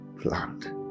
plant